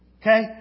Okay